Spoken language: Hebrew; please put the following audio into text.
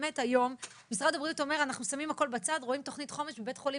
בית חולים